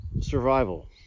survival